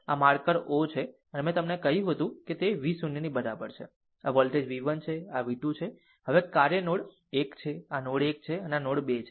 આ marker o છે અને મેં તમને કહ્યું હતું કે v 0 બરાબર છે આ વોલ્ટેજ v 1 છે આ v 2 છે હવે કાર્ય નોડ 1 છે આ નોડ 1 છે અને આ નોડ 2 છે